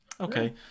Okay